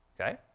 okay